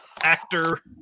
actor